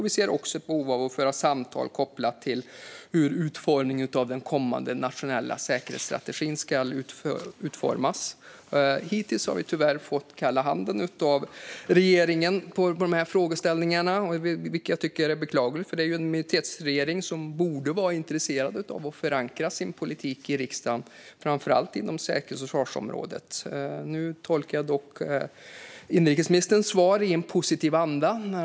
Vi ser också ett behov av att föra samtal om hur den kommande nationella säkerhetsstrategin ska utformas. Hittills har vi tyvärr fått kalla handen av regeringen när det gäller dessa frågeställningar, vilket jag tycker är beklagligt. En minoritetsregering borde ju vara intresserad av att förankra sin politik i riksdagen, framför allt inom säkerhets och försvarsområdet. Jag tolkar dock inrikesministerns svar i en positiv anda.